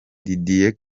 didier